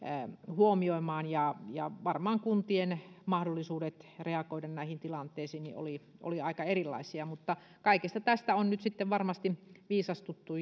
huomioimaan ja ja varmaan kuntien mahdollisuudet reagoida näihin tilanteisiin olivat aika erilaisia mutta kaikesta tästä on nyt sitten varmasti viisastuttu